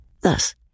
Thus